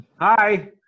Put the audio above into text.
Hi